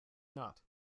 not